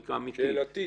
אמתית.